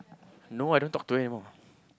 no I don't talk to her anymore